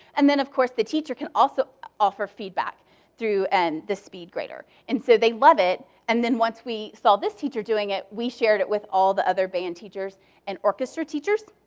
and then of course the teacher can also offer feedback through and the speed grader. and so they love it, and then once we saw this teacher doing it, we shared it with all the other band teachers and orchestra teachers.